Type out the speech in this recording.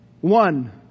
One